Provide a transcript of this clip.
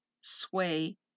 sway